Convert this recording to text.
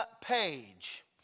page